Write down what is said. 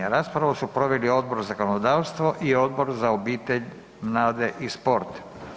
Raspravu su proveli Odbor za zakonodavstvo i Odbor za obitelj, mlade i sport.